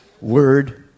word